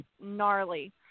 gnarly